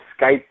Skype